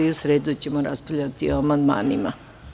U sredu ćemo raspravljati o amandmanima.